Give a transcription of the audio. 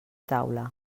taula